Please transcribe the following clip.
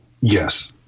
Yes